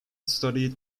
studied